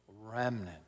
remnant